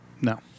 No